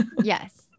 Yes